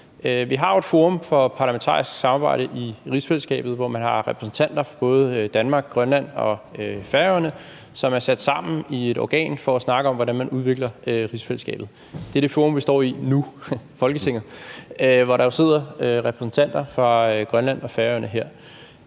Vi har jo et forum for parlamentarisk samarbejde i rigsfællesskabet, hvor man har repræsentanter for både Danmark, Grønland og Færøerne, som er sat sammen i et organ for at snakke om, hvordan man udvikler rigsfællesskabet. Det er det forum, vi står i nu – Folketinget – hvor der jo sidder repræsentanter for Grønland og Færøerne.